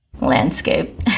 Landscape